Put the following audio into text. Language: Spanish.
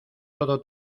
todo